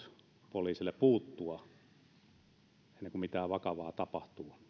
poliisille puuttua ennen kuin mitään vakavaa tapahtuu